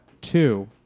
Two